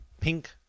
pink